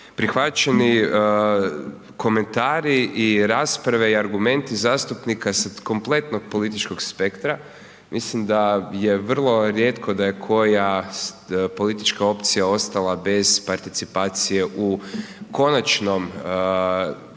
prihvaćeni komentari i rasprave i argumenti zastupnika sa kompletnog političkog spektra. Mislim da je vrlo rijetko da je koja politička opcija ostala bez participacije u Konačnom prijedlogu